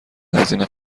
هزینه